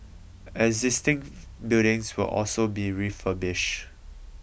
existing buildings will also be refurbished